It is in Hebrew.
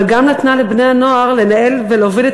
אבל גם נתנה לבני-הנוער לנהל ולהוביל את